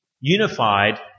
unified